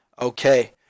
Okay